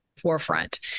forefront